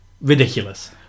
ridiculous